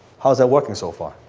how's that working so far?